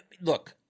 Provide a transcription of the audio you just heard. look